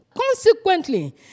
consequently